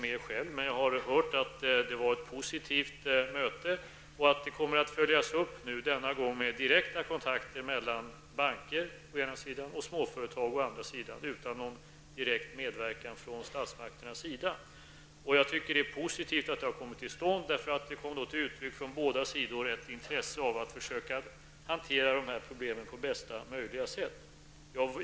Jag var själv inte med, man jag har hört att det var ett positivt möte som kommer att följas av kontakter mellan banker och småföretag utan någon direkt medverkan från statsmakternas sida. Jag tycker att det är positivt att dessa samtal har kommit till stånd. Det kom från båda sidor till uttryck ett intresse av att försöka hantera dessa problem på bästa möjliga sätt.